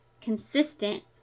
consistent